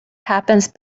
happens